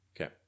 Okay